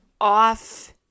off